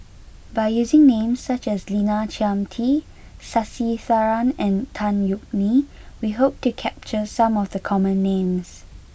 by using names such as Lina Chiam T Sasitharan and Tan Yeok Nee we hope to capture some of the common names